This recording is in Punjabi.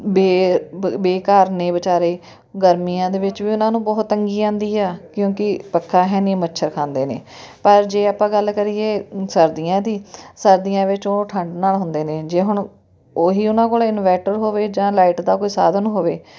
ਬੇ ਬ ਬੇਘਰ ਨੇ ਵਿਚਾਰੇ ਗਰਮੀਆਂ ਦੇ ਵਿੱਚ ਵੀ ਉਹਨਾਂ ਨੂੰ ਬਹੁਤ ਤੰਗੀ ਆਉਂਦੀ ਆ ਕਿਉਂਕਿ ਪੱਖਾ ਹੈ ਨਹੀਂ ਮੱਛਰ ਖਾਂਦੇ ਨੇ ਪਰ ਜੇ ਆਪਾਂ ਗੱਲ ਕਰੀਏ ਸਰਦੀਆਂ ਦੀ ਸਰਦੀਆਂ ਵਿੱਚ ਉਹ ਠੰਡ ਨਾਲ ਹੁੰਦੇ ਨੇ ਜੇ ਹੁਣ ਉਹੀ ਉਹਨਾਂ ਕੋਲ ਇਨਵੈਟਰ ਹੋਵੇ ਜਾਂ ਲਾਈਟ ਦਾ ਕੋਈ ਸਾਧਨ ਹੋਵੇ